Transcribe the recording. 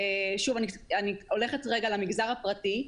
ואני אדבר על המגזר הפרטי.